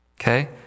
Okay